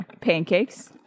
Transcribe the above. pancakes